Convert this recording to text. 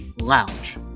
lounge